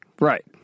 right